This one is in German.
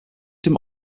dem